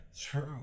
True